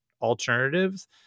alternatives